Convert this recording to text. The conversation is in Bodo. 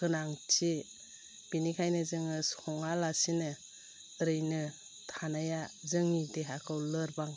गोनांथि बेनिखायनो जोङो सङा लासेनो ओरैनो थानाया जोंनि देहाखौ लोरबां